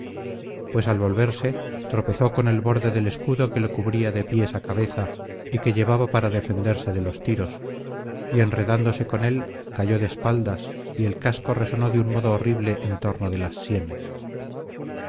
pues al volverse tropezó con el borde del escudo que le cubría de pies á cabeza y que llevaba para defenderse de los tiros y enredándose con él cayó de espaldas y el casco resonó de un modo horrible en torno de las sienes